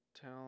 tell